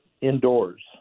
indoors